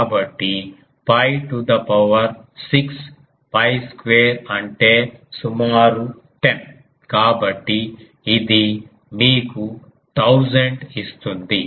కాబట్టి 𝛑 to the power 6 𝛑 square అంటే సుమారు 10 కాబట్టి ఇది మీకు 1000 ఇస్తుంది